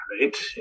right